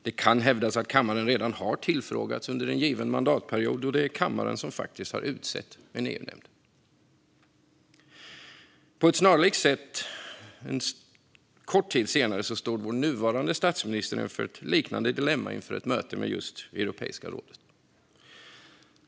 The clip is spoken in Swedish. Det kan hävdas att kammaren redan har tillfrågats under en given mandatperiod då det är kammaren som faktiskt har utsett en EU-nämnd. En kort tid senare stod vår nuvarande statsminister inför ett liknande dilemma inför ett möte med just Euroepiska rådet.